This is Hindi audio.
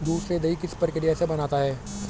दूध से दही किस प्रक्रिया से बनता है?